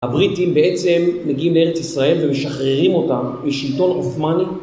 הבריטים בעצם מגיעים לארץ ישראל ומשחררים אותם בשלטון עותמני